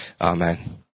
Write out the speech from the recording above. amen